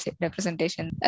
representation